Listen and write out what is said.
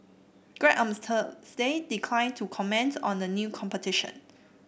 grab on Thursday declined to comment on the new competition